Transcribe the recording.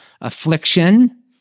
affliction